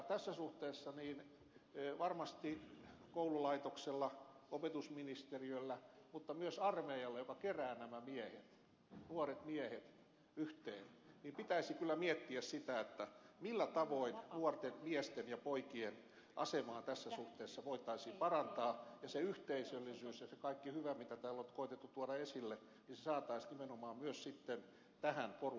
tässä suhteessa varmasti koululaitoksessa opetusministeriössä mutta myös armeijassa joka kerää nämä nuoret miehet yhteen pitäisi kyllä miettiä sitä millä tavoin nuorten miesten ja poikien asemaa tässä suhteessa voitaisiin parantaa ja se yhteisöllisyys ja se kaikki hyvä mitä täällä on nyt koetettu tuoda esille saataisiin nimenomaan myös sitten tähän porukkaan